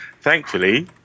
Thankfully